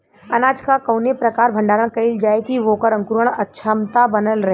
अनाज क कवने प्रकार भण्डारण कइल जाय कि वोकर अंकुरण क्षमता बनल रहे?